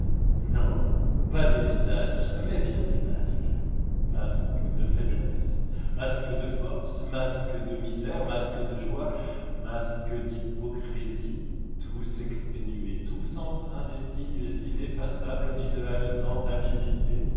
non pas des visages mais bien des masques masques de faiblesse masques de force masques de misère masques de joie masques d'hypocrisie tous exténués tous empreints des signes ineffaçables d'une haletante avidité